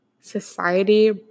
society